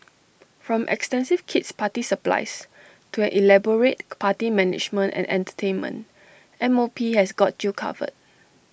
from extensive kid's party supplies to an elaborate party management and entertainment M O P has got you covered